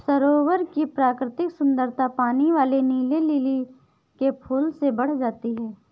सरोवर की प्राकृतिक सुंदरता पानी वाले नीले लिली के फूल से बढ़ जाती है